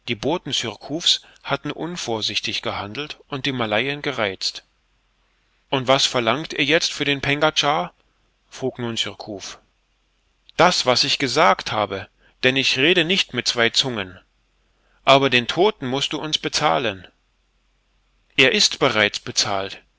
surcouf's hatten unvorsichtig gehandelt und die malayen gereizt und was verlangt ihr jetzt für den pengadschar frug nun surcouf das was ich gesagt habe denn ich rede nicht mit zwei zungen aber den todten mußt du uns bezahlen er ist bereits bezahlt